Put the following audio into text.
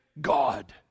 God